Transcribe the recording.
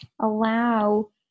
allow